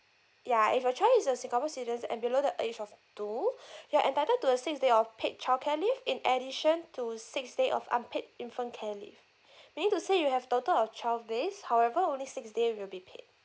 ya if your child is a singapore citiz~ and below the age of two you're entitled to a six day of paid childcare leave in addition to six day of unpaid infant care leave meaning to say you have total of twelve days however only six day will be paid